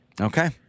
Okay